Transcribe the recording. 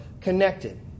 connected